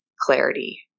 clarity